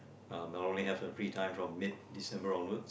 um I only have free time from mid December onwards